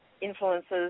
influences